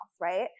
Right